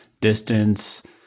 distance